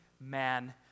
man